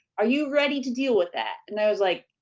are you ready to deal with that? and i was like,